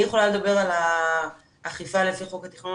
אני יכולה לדבר על האכיפה לפי חוק התכנון